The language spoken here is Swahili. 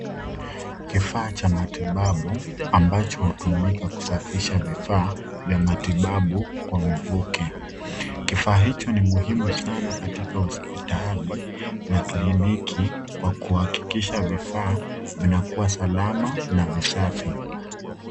Kifaa cha matibabu ambacho hutumika kusafisha vifaa vya matibabu kwa mvuke. Kifaa hicho ni muhimu sana katika hospitali na kliniki, kwa kuhakikisha vifaa vinakuwa salama na visafi.